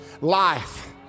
life